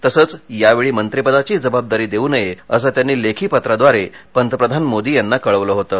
तसंच यावेळी मंत्रीपदाची जबाबदारी देऊ नये असं त्यांनी लेखी पत्राद्वारे पंतप्रधान मोदी यांना कळवलं होतं